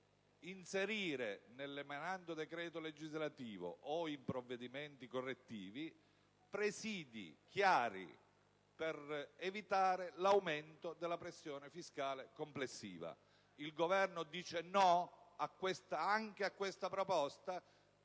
inserire nell'emanando decreto legislativo, o in altri provvedimenti correttivi, presìdi chiari per evitare l'aumento della pressione fiscale complessiva. Il Governo dice di no anche a questa proposta?